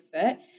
fit